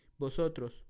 vosotros